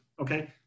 okay